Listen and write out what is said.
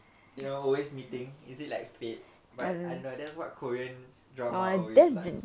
you know always meeting is it like fate but I know that's what korean drama always like